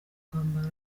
kwambara